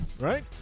right